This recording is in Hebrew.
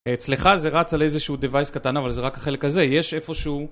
אצלך זה רץ על איזה שהוא Device קטן, אבל זה רק החלק הזה, יש איפשהו...